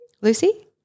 Lucy